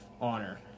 honor